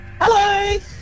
Hello